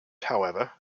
however